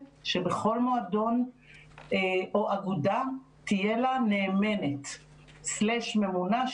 שבכל מועדון או אגודה תהיה נאמנת/ ממונָּה,